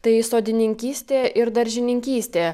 tai sodininkystė ir daržininkystė